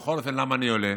בכל אופן, למה אני עולה?